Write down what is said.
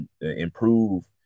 improve